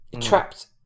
trapped